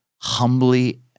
humbly